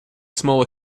small